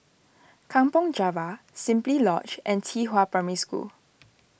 Kampong Java Simply Lodge and Qihua Primary School